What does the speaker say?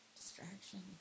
distraction